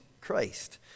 Christ